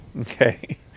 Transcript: Okay